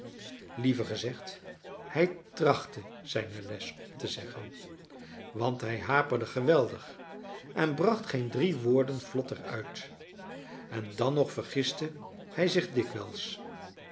liever gezegd hij trachtte zijne les op te zeggen want hij haperde geweldig en bracht geen drie woorden vlot er uit en dan nog vergiste hij zich dikwijls